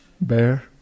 Bear